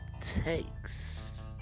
Takes